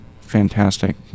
fantastic